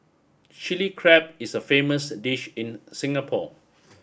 Chilli Crab is a famous dish in Singapore